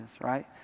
right